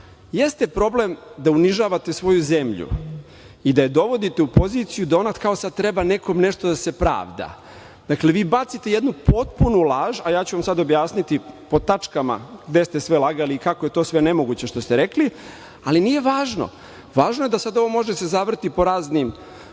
Jeste problem da unižavate svoju zemlju i da je dovodite u poziciju da ona kao sada treba nekom nešto da se pravda. Dakle, vi bacite jednu potpuno laž, a ja ću vam sada objasniti po tačkama gde ste sve lagali i kako je to nemoguće što ste rekli, ali nije važno, važno je da sada ovo može da se zavrti po raznim